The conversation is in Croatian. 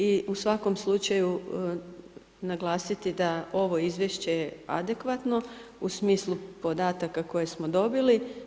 I u svakom slučaju naglasiti da ovo izvješće je adekvatno u smislu podataka koje smo dobili.